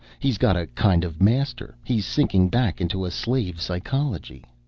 he's got a kind of master. he's sinking back into a slave psychology.